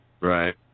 Right